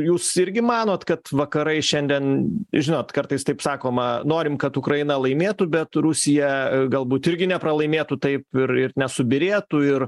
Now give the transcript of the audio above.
jūs irgi manot kad vakarai šiandien žinot kartais taip sakoma norim kad ukraina laimėtų bet rusija galbūt irgi nepralaimėtų taip ir ir nesubyrėtų ir